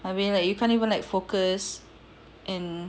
abeh like you can't even like focus and